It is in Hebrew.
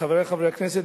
חברי חברי הכנסת,